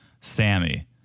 Sammy